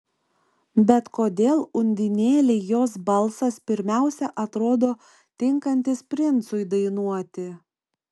bet kodėl undinėlei jos balsas pirmiausia atrodo tinkantis princui dainuoti